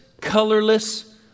colorless